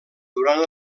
durant